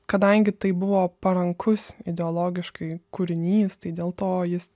kadangi tai buvo parankus ideologiškai kūrinys tai dėl to jis